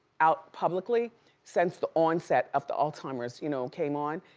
out publicly since the onset of the alzheimer's, you know, came on,